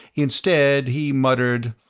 instead he muttered,